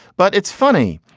but it's funny.